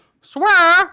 swear